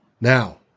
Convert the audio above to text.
Now